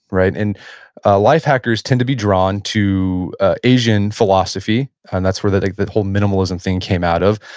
right? and life hackers tend to be drawn to asian philosophy, and that's where that like that whole minimalism thing came out of,